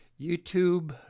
youtube